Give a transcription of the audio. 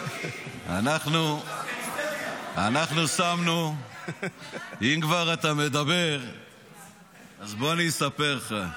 אנחנו שמנו, אם כבר אתה מדבר אז בוא אני אספר לך.